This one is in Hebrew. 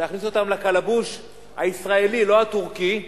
ולהכניס אותם לקלבוש הישראלי, לא הטורקי,